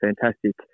fantastic